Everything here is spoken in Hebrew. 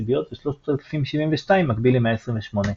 סיביות ו-3072 מקביל ל-128.